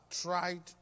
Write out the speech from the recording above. tried